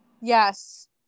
Yes